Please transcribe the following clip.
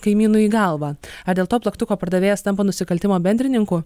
kaimynui į galvą ar dėl to plaktuko pardavėjas tampa nusikaltimo bendrininku